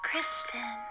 Kristen